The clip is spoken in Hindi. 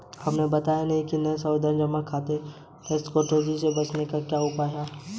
आपने बताया नहीं कि नये सावधि जमा खाते में टैक्स कटौती से बचने के क्या उपाय है?